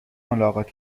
ملاقات